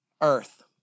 earth